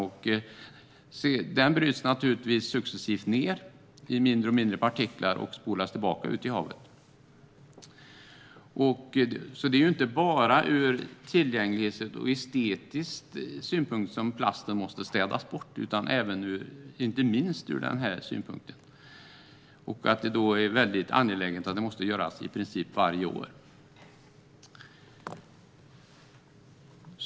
Plasten bryts naturligtvis successivt ned i mindre och mindre partiklar och spolas tillbaka ut i havet. Det är alltså inte bara ur en tillgänglighetssynpunkt och ur en estetisk synpunkt som plasten måste städas bort utan inte minst ur denna synpunkt. Det är mycket angeläget att det görs i princip varje år.